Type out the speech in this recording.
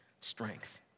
strength